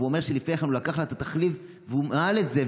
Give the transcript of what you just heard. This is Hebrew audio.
והוא אומר שלפני כן הוא לקח לה את התחליף והוא מהל את זה,